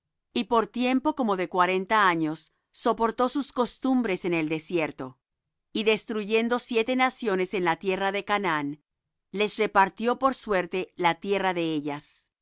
y por tiempo como de cuarenta años soportó sus costumbres en el desierto y destruyendo siete naciones en la tierra de canaán les repartió por suerte la tierra de ellas